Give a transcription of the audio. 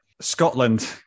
Scotland